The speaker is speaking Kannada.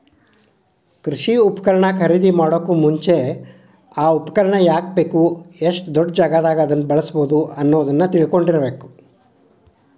ಕೃಷಿ ಉಪಕರಣ ಖರೇದಿಮಾಡೋಕು ಮುಂಚೆ, ಆ ಉಪಕರಣ ಯಾಕ ಬೇಕು, ಎಷ್ಟು ದೊಡ್ಡಜಾಗಾದಾಗ ಅದನ್ನ ಬಳ್ಸಬೋದು ಅನ್ನೋದನ್ನ ತಿಳ್ಕೊಂಡಿರಬೇಕು